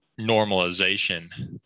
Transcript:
normalization